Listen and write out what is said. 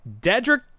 Dedrick